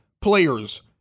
players